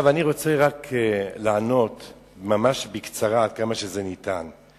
עכשיו אני רוצה רק לענות בקצרה עד כמה שזה ניתן,